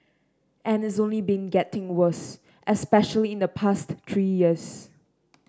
and it's only been getting worse especially in the past three years